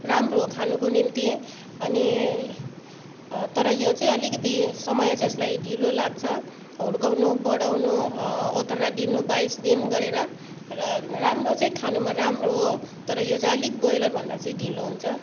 राम्रो हो खानुको निम्ति अनि तर यो अलिकति समय चाहिँ यसलाई ढिलो लाग्छ हुर्काउनु बढाउनु ओथ्रा दिनु बाइस दिन गरेर र राम्रो चाहिँ खानुमा राम्रो हो तर यो चाहिँ अलिक ब्रोइलरभन्दा चाहिँ ढिलो हुन्छ